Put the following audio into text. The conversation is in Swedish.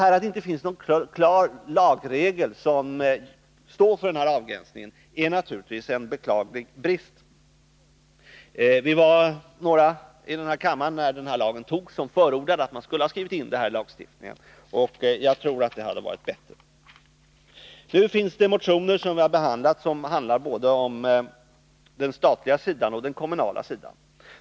Detta att det inte finns någon klar lagregel som anger avgränsningen är naturligtvis en beklaglig brist. Vi var några i den här kammaren som inför antagandet av lagen förordade att man skulle skriva in det här i lagen, och jag tror att det hade varit bättre att göra så. Nu föreligger det motioner som behandlats och som rör både den statliga sidan och den kommunala sidan.